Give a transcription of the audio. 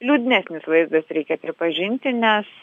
liūdnesnis vaizdas reikia pripažinti nes